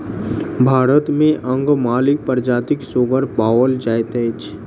भारत मे अंगमाली प्रजातिक सुगर पाओल जाइत अछि